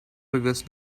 previous